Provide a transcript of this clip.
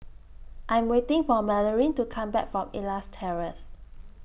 I'm waiting For Marylyn to Come Back from Elias Terrace